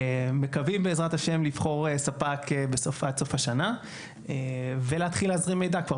מקווים בעזרת השם לבחור ספק עד סוף השנה ולהתחיל להזרים מידע כבר